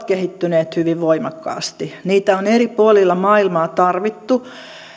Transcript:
kehittyneet hyvin voimakkaasti niitä on eri puolilla maailmaa tarvittu